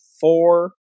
four